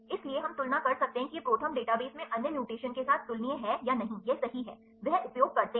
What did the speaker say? इसलिए हम तुलना कर सकते हैं कि यह प्रोथर्म डेटाबेस में अन्य म्यूटेशन के साथ तुलनीय है या नहीं यह सही है वे उपयोग करते हैं